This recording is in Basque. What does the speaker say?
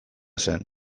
zen